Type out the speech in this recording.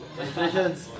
Congratulations